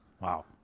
Wow